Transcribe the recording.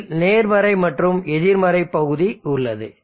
அதில் நேர்மறை மற்றும் எதிர்மறை பகுதி உள்ளது